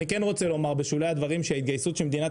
אני כן רוצה לומר בשולי הדברים שההתגייסות שמדינת